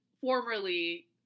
formerly